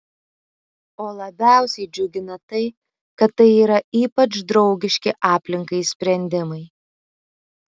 o labiausiai džiugina tai kad tai yra ypač draugiški aplinkai sprendimai